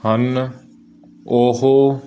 ਹਨ ਉਹ